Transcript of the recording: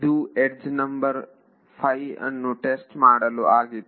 ಇದು edge number 5 ಅನ್ನು test ಮಾಡಲು ಆಗಿತ್ತು